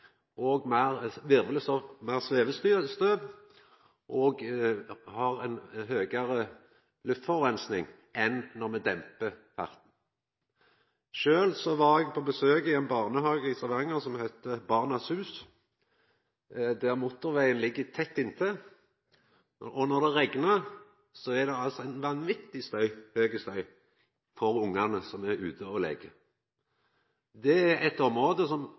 ofte meir støy og meir svevestøv, og me får meir luftforureining enn om me dempar farten. Eg har sjølv vore på besøk i ein barnehage i Stavanger som heiter Barnas hus, der motorvegen ligg tett inntil. Når det regner, er det eit utruleg høgt støynivå for ungane som er ute og leiker. Dette er eit område – Saksamarka heiter det – som